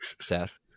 Seth